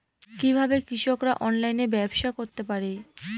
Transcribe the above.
কিভাবে কৃষকরা অনলাইনে ব্যবসা করতে পারে?